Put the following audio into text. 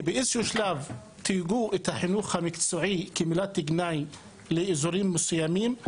כי באיזה שהוא שלב תייגו את החינוך המקצועי כמילת גנאי לאזורים מסוימים.